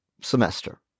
semester